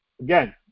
Again